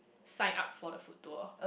sign up for the food tour